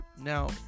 now